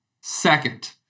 second